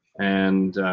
and